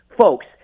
Folks